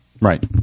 Right